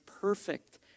perfect